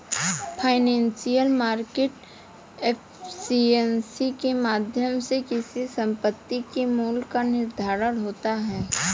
financial market efficiency के माध्यम से किसी संपत्ति के मूल्य का निर्धारण होता है